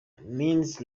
means